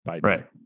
Right